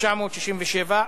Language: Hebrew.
התשכ"ז 1967,